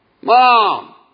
mom